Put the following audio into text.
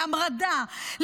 להמרדה,